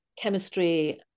chemistry